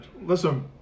Listen